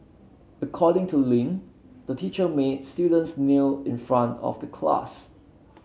according to Ling the teacher made students kneel in front of the class